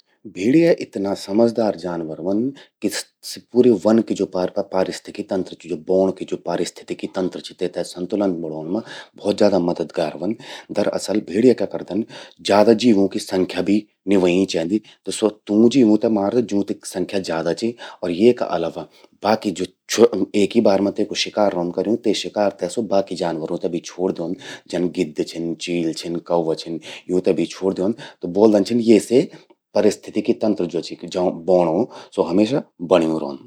भेड़िया इथ्या समझदार जानवर व्हंद कि कि सि पूरा वन कू ज्वो पारिस्थितिकी तंत्र चि, बौण कू जो पारिस्थितिकी तंत्र चि, तेते संतुलन बणौंण मां भौत ज्यादा मददगार व्हंद। दरअसल, भेड़िया क्या करदन ज्यादा जीवों की संख्या भी नी व्हंयीं चेंदि। त स्वो तूं जीवों ते मारद, जूंकि संख्या ज्यादा चि। अर येका अलावा बाकी ज्वो एक ही बार मां ते शिकार ते स्वो बाकी जानवरूं ते भी छ्वोड़ द्योंद। जन गिद्ध छिन, चील छिन, कव्वा छिन यूंते भी छ्वोड़ द्योंद। त ब्वोल्दन छिन पारिस्थितिकी तंत्र ज्वो चि बौंणो, स्वो बड़्यूं रौंद।